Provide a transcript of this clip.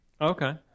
Okay